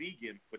vegan